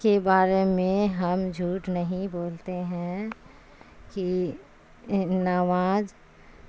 کے بارے میں ہم جھوٹ نہیں بولتے ہیں کہ نماز